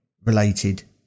related